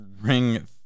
Ring